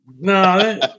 no